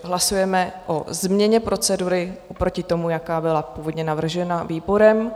Hlasujeme o změně procedury oproti tomu, jaká byla původně navržena garančním výborem.